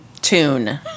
tune